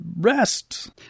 rest